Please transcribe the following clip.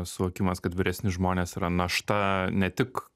suvokimas kad vyresni žmonės yra našta ne tik